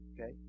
okay